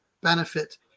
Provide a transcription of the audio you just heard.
benefit